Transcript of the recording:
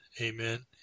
Amen